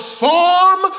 form